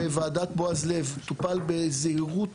וועדת בועז לב טופל בזהירות